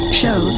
show